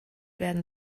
werden